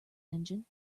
engine